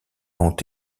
ont